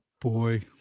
boy